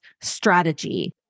strategy